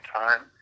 time